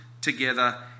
together